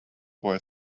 boy